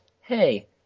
Hey